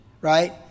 Right